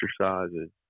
exercises